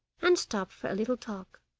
and stopped for a little talk.